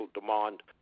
demand